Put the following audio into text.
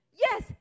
yes